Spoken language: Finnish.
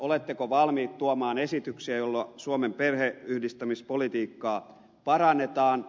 oletteko valmis tuomaan esityksiä joilla suomen perheenyhdistämispolitiikkaa parannetaan